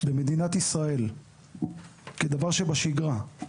במדינת ישראל, כדבר שבשגרה.